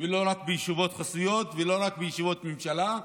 ולא רק בישיבות חסויות ולא רק בישיבות ממשלה,